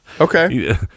Okay